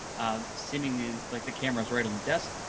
um seemingly like the camera's right on the desk,